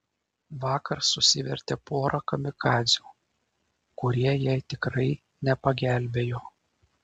vakar susivertė porą kamikadzių kurie jai tikrai nepagelbėjo